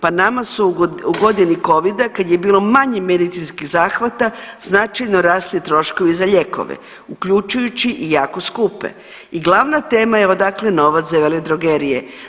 Pa nama su u godini Covida kad je bilo manje medicinskih zahvata značajno rasli troškovi za lijekove, uključujući i jako skupe i glavna tema je odakle novac za veledrogerije.